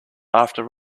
after